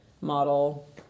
model